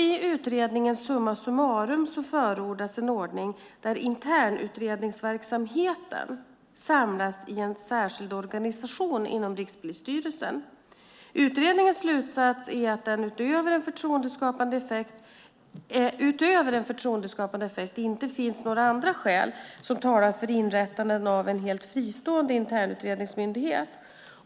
I utredningen Summa summarum förordas en ordning där internutredningsverksamheten samlas i en särskild organisation inom Rikspolisstyrelsen. Utredningens slutsats är att det utöver en förtroendeskapande effekt inte finns några andra skäl som talar för inrättandet av en helt fristående internutredningsmyndighet.